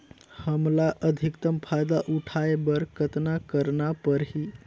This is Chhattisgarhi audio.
हमला अधिकतम फायदा उठाय बर कतना करना परही?